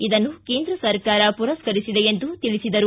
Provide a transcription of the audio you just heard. ಇದನ್ನು ಕೇಂದ್ರ ಸರ್ಕಾರ ಮರಸ್ಕರಿಸಿದೆ ಎಂದರು